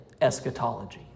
eschatology